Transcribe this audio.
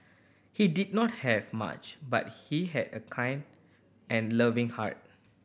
he did not have much but he had a kind and loving heart